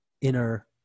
inner